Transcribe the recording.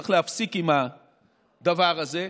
צריך להפסיק עם הדבר הזה,